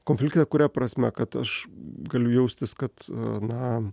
konfliktą kuria prasme kad aš galiu jaustis kad na